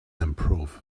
improve